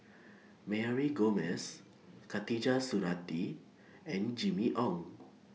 Mary Gomes Khatijah Surattee and Jimmy Ong